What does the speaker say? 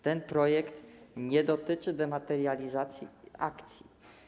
Ten projekt nie dotyczy dematerializacji akcji.